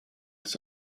des